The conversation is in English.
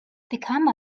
become